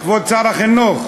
כבוד שר החינוך,